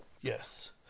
yes